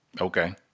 Okay